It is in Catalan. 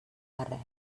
barret